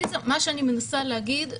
מה שאני מנסה להגיד,